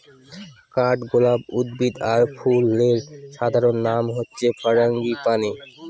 কাঠগলাপ উদ্ভিদ আর ফুলের সাধারণ নাম হচ্ছে ফারাঙ্গিপানি